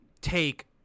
take –